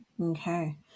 Okay